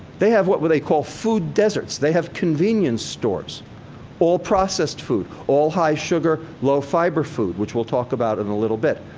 they have what they call food deserts. they have convenience stores all processed food, all high sugar, low fiber food, which we'll talk about in a little bit.